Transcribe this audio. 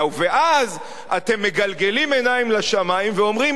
ואז אתם מגלגלים עיניים לשמים ואומרים: אה,